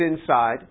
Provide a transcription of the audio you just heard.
inside